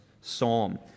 psalm